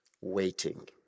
waiting